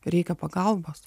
reikia pagalbos